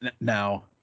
Now